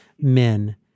men